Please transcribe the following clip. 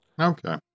Okay